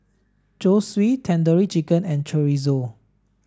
Zosui Tandoori Chicken and Chorizo